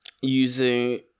using